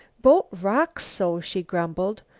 boat rocks so, she grumbled.